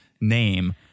name